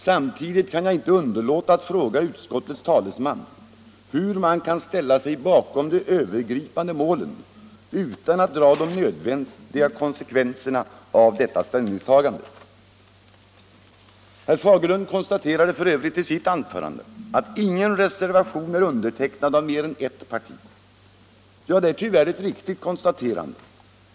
Samtidigt kan jag inte underlåta att fråga utskottets talesman hur man kan ställa sig bakom de övergripande målen utan att dra de nödvändiga konsekvenserna av detta ställningstagande. Herr Fagerlund konstaterade f. ö. i sitt anförande att ingen reservation är undertecknad av mer än ett parti. Ja, det är tyvärr ett riktigt konstaterande.